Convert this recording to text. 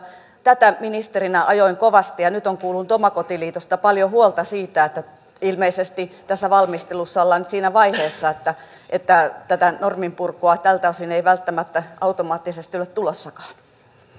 tätä ministerinä ajoin kovasti ja nyt olen kuullut omakotiliitosta paljon huolta siitä että ilmeisesti tässä valmistelussa ollaan nyt siinä vaiheessa että tätä normin purkua tältä osin ei välttämättä automaattisesti ole tulossakaan